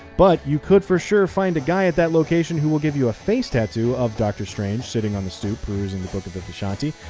but you could for sure find a guy at that location who will give you a face tattoo of doctor strange sitting on the stoop perusing the book of the vishanti,